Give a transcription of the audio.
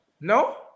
No